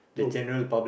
to